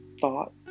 thought